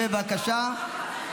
בבקשה.